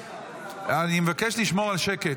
אני מבקש לשמור על שקט.